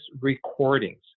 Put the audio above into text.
recordings